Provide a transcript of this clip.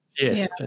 Yes